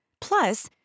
Plus